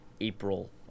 april